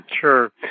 Sure